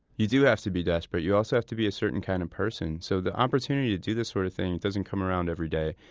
you do have to be desperate. you also have to be a certain kind of person. so the opportunity to do this sort of thing doesn't come around everyday.